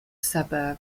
suburb